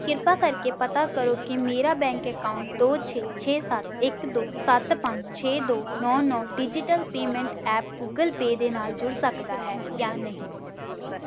ਕਿਰਪਾ ਕਰਕੇ ਪਤਾ ਕਰੋ ਕਿ ਮੇਰਾ ਬੈਂਕ ਅਕਾਊਂਟ ਦੋ ਛੇ ਛੇ ਸੱਤ ਇਕ ਦੋ ਸੱਤ ਪੰਜ ਛੇ ਦੋ ਨੌਂ ਨੌਂ digital payment app Google Pay ਦੇ ਨਾਲ ਜੁੜ ਸਕਦਾ ਹੈ ਜਾਂ ਨਹੀਂ